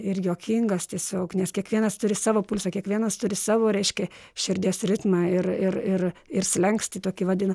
ir juokingas tiesiog nes kiekvienas turi savo pulsą kiekvienas turi savo reiškia širdies ritmą ir ir ir ir slenkstį tokį vadina